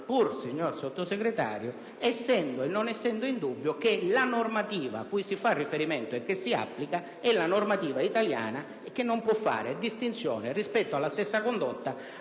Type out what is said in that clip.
pur, signor Sottosegretario, non essendo in dubbio che la normativa a cui si fa riferimento e che si applica è la normativa italiana, che non può fare distinzione rispetto alla stessa condotta